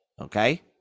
Okay